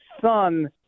son